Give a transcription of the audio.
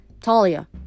Talia